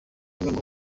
bamwe